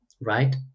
right